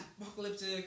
Apocalyptic